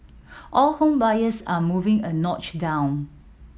all home buyers are moving a notch down